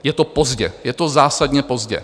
Je to pozdě, je to zásadně pozdě.